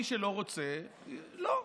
מי שלא רוצה, לא.